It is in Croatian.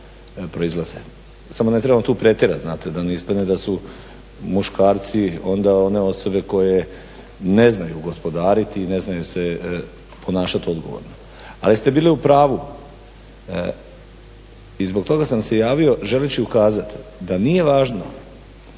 Samo ne treba tu pretjerati, znate da ne ispadne da su muškarci onda one osobe koje ne znaju gospodariti i ne znaju se ponašati odgovorno. Ali ste bili u pravu i zbog toga sam se i javio želeći ukazati da nije važno